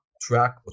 track